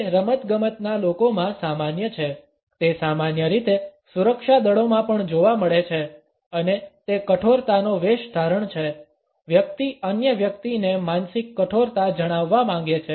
તે રમતગમતના લોકોમાં સામાન્ય છે તે સામાન્ય રીતે સુરક્ષા દળોમાં પણ જોવા મળે છે અને તે કઠોરતાનો વેશધારણ છે વ્યક્તિ અન્ય વ્યક્તિને માનસિક કઠોરતા જણાવવા માંગે છે